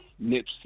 Nipsey